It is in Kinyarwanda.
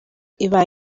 ibaye